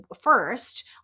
First